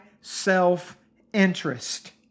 self-interest